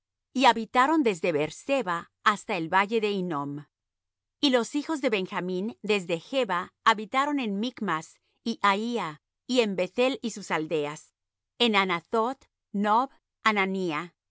y habitaron desde beer-seba hasta el valle de hinnom y los hijos de benjamín desde geba habitaron en michmas y aía y en beth-el y sus aldeas en anathoth nob